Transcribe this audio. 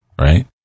right